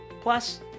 Plus